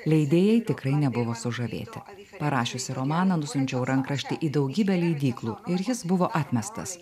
leidėjai tikrai nebuvo sužavėti parašiusi romaną nusiunčiau rankraštį į daugybę leidyklų ir jis buvo atmestas